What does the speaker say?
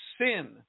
sin